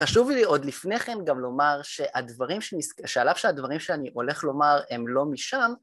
חשוב לי עוד לפני כן גם לומר שהדברים... שעל אף שהדברים שאני הולך לומר הם לא משם